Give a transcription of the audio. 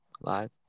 live